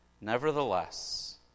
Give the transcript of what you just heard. Nevertheless